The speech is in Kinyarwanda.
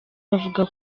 bavuga